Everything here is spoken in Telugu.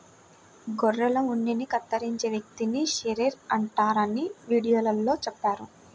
గొర్రెల ఉన్నిని కత్తిరించే వ్యక్తిని షీరర్ అంటారని వీడియోలో చెప్పారు